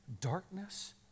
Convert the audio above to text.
darkness